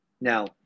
Now